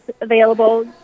available